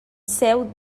seu